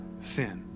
sin